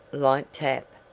light tap.